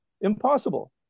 Impossible